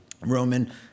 Roman